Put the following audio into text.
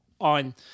on